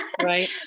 Right